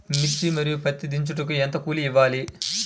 మిర్చి మరియు పత్తి దించుటకు ఎంత కూలి ఇవ్వాలి?